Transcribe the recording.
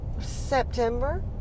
September